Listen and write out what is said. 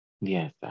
Yes